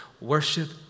Worship